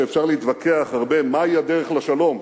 שאפשר להתווכח הרבה מהי הדרך לשלום,